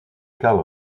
karl